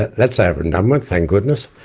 that's ah over and done with, thank goodness.